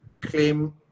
claim